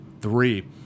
three